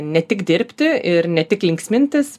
ne tik dirbti ir ne tik linksmintis